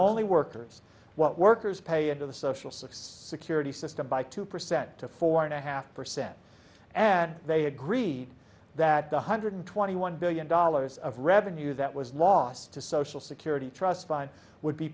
only workers what workers pay into the social six security system by two percent to four and a half percent and they agreed that one hundred twenty one billion dollars of revenue that was lost to social security trust fund would be